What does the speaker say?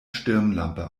stirnlampe